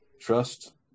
trust